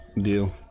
deal